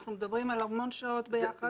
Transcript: אנחנו מדברים על המון שעות ביחד.